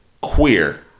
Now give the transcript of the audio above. queer